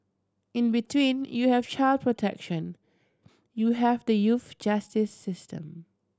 in between you have child protection you have the youth justice system